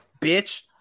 bitch